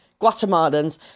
Guatemalans